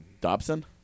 Dobson